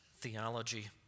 theology